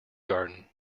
garden